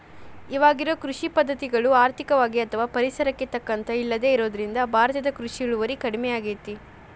ಇವಾಗಿರೋ ಕೃಷಿ ಪದ್ಧತಿಗಳು ಆರ್ಥಿಕವಾಗಿ ಅಥವಾ ಪರಿಸರಕ್ಕೆ ತಕ್ಕಂತ ಇಲ್ಲದೆ ಇರೋದ್ರಿಂದ ಭಾರತದ ಕೃಷಿ ಇಳುವರಿ ಕಡಮಿಯಾಗೇತಿ